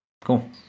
cool